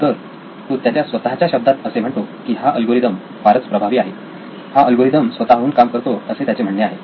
तर तो त्याच्या स्वतःच्या शब्दात असे म्हणतो की हा अल्गोरिदम फारच प्रभावी आहे हा अल्गोरिदम स्वतःहून काम करतो असे त्याचे म्हणणे आहे